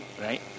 right